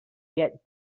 get